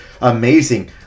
amazing